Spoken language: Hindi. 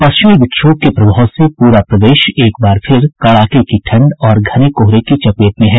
पश्चिमी विक्षोभ के प्रभाव से पूरा प्रदेश एक बार फिर कड़ाके की ठंड और घने कोहरे की चपेट में है